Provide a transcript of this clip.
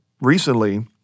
recently